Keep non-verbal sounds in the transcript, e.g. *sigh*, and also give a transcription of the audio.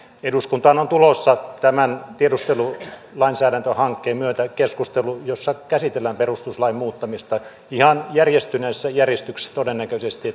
eduskuntaan on tulossa tämän tiedustelulainsäädäntöhankkeen myötä keskustelu jossa käsitellään perustuslain muuttamista ihan järjestyneessä järjestyksessä todennäköisesti *unintelligible*